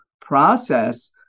process